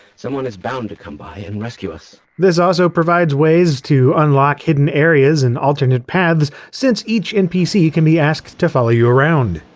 someone is bound to come by and rescue us. this also provides ways to unlock hidden areas and alternate paths since each npc can be asked to follow you around.